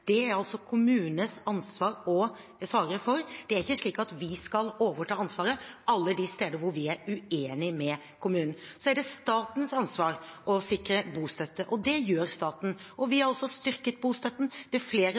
Det er det kommunenes ansvar å svare for. Det er ikke slik at vi skal overta ansvaret alle de steder hvor vi er uenig med kommunen. Så er det statens ansvar å sikre bostøtte. Det gjør staten, og vi har også styrket bostøtten. Det er flere